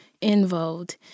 involved